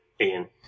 Ian